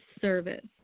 service